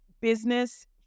business